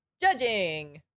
judging